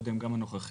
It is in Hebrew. גם הקודם וגם הנוכחי,